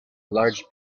large